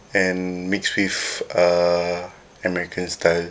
and mixed with err american style